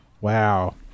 Wow